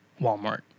Walmart